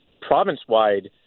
province-wide